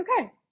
okay